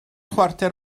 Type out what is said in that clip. chwarter